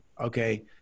okay